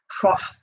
trust